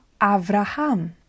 Avraham